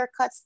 haircuts